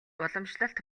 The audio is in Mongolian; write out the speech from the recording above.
уламжлалт